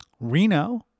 Reno